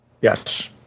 Yes